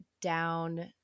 down